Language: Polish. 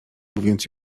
mówiąc